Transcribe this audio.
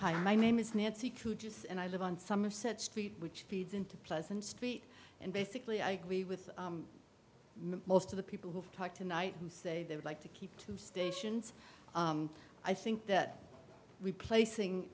hi my name is nancy cujus and i live on somerset street which feeds into pleasant street and basically i agree with most of the people who talk tonight who say they would like to keep two stations i think that we placing